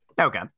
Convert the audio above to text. Okay